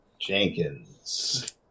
Jenkins